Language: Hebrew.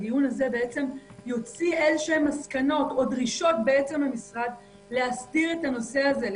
שהדיון הזה יוציא מסקנות או דרישות למשרד להסדיר את הנושא הזה,